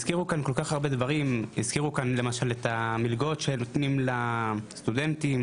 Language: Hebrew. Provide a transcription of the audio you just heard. הזכירו כאן כל כך הרבה דברים: למשל המלגות שנותנים לסטודנטים,